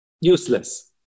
useless